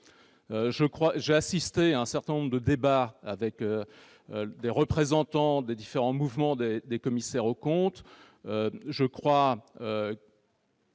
avoir assisté à un certain nombre de débats avec des représentants des différents mouvements des commissaires aux comptes, je crois